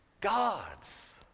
God's